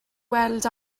weld